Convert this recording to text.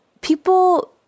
People